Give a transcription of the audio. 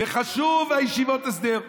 וחשובות ישיבות ההסדר,